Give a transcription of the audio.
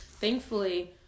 Thankfully